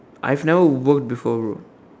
I've never work before bro